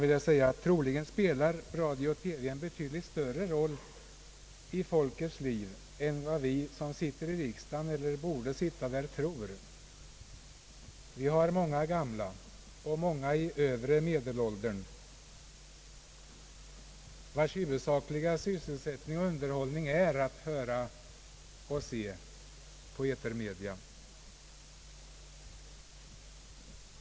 Slutligen, herr talman, spelar tydligen radio och TV en betydligt större roll i folkets liv än vad vi som sitter i riksdagen, eller borde sitta här, tror. Vi har många gamla och många i övre medelåldern, vilkas huvudsakliga sysselsättning och underhållning är att höra och se på etermedia.